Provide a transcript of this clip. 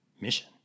mission